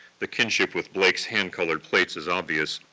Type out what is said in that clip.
the kinship with blake's hand-colored plates is obvious,